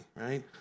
right